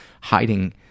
hiding